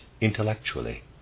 intellectually